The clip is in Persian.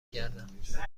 گردم